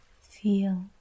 Feel